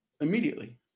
Immediately